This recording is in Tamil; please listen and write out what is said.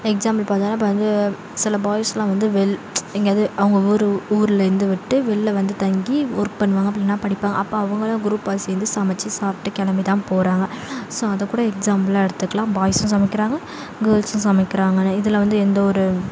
எக்ஸாம்பிள் பார்த்தோனா இப்போ வந்து சில பாய்ஸ்லாம் வந்து வெள் எங்கேயாவுது அவங்க ஊர் ஊரில் இருந்து விட்டு வெளிள வந்து தங்கி ஒர்க் பண்ணுவாங்க அப்படி இல்லைன்னா படிப்பாங்க அப்போ அவங்களும் குரூப்பாக சேர்ந்து சமைச்சு சாப்பிட்டு கிளம்பி தான் போறாங்க ஸோ அதை கூட எக்ஸாம்புள்லாம் எடுத்துக்கலாம் பாய்ஸ்சும் சமைக்கிறாங்க கேர்ல்ஸ்சும் சமைக்கிறாங்கன்னு இதில் வந்து எந்த ஒரு